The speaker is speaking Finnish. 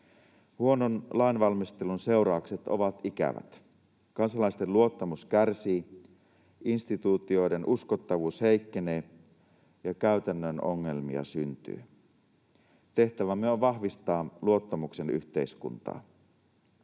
Huonon lainvalmistelun seuraukset ovat ikävät: kansalaisten luottamus kärsii, instituutioiden uskottavuus heikkenee ja käytännön ongelmia syntyy. Tehtävämme on vahvistaa luottamuksen yhteiskuntaa.